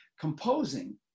composing